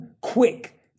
quick